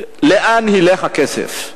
לאן ילך הכסף.